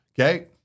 Okay